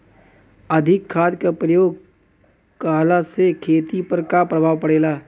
अधिक खाद क प्रयोग कहला से खेती पर का प्रभाव पड़ेला?